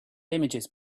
images